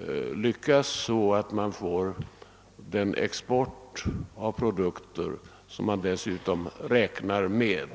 nu lyckas, så att man får till stånd den export som man räknar med.